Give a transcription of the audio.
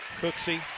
Cooksey